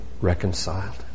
reconciled